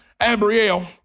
Abrielle